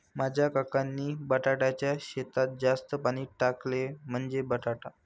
माझ्या काकांनी बटाट्याच्या शेतात जास्त पाणी टाकले, म्हणजे बटाटा